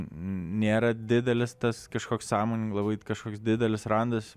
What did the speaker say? nėra didelis tas kažkoks sąmonėj labai kažkoks didelis randas